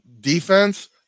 defense